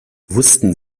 wussten